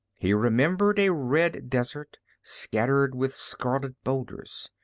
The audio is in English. he remembered a red desert scattered with scarlet boulders,